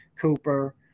cooper